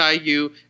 IU